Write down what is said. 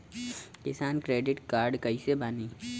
किसान credit card कइसे बानी?